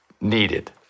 needed